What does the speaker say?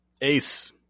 Ace